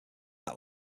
that